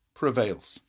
prevails